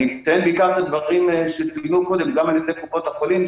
אציין בעיקר דברים שצוינו קודם גם על ידי קופות החולים,